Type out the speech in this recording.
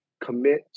Commit